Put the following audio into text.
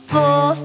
Four